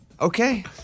Okay